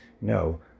no